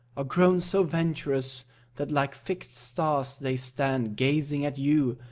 are grown so venturous that like fixed stars they stand, gazing at you,